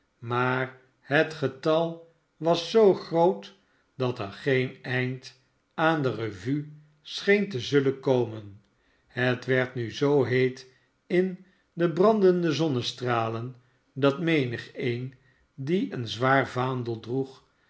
maar het getal was zoo groot dat er geen eind aan de revue scheen te zullen komen het werd nu zoo heet in de brandende zonnestralen dat menigeen die een zwaar vaandel droeg